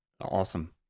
awesome